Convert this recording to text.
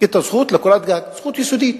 הזכות לקורת גג, זכות יסודית.